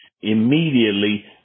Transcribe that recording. immediately